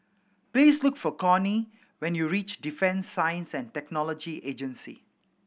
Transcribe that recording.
please look for Cornie when you reach Defence Science And Technology Agency